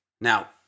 Now